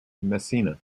messina